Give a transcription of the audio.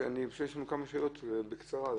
יש לנו כמה שאלות בקצרה.